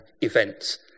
events